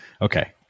Okay